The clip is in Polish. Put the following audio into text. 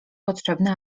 potrzebne